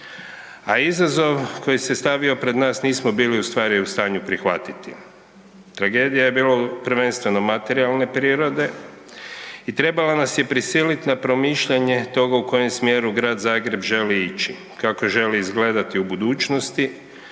a izazov koji se stavio pred nas nismo bili ustvari u stanju prihvatiti. Tragedija je bila prvenstveno materijalne prirode i trebala nas je prisiliti na promišljanje toga u koje smjeru Grad Zagreb želi ići, kako želi izgledati u budućnosti,